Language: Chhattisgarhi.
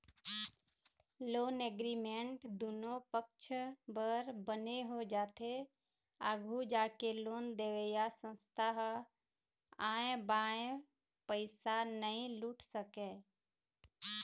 लोन एग्रीमेंट दुनो पक्छ बर बने हो जाथे आघू जाके लोन देवइया संस्था ह आंय बांय पइसा नइ लूट सकय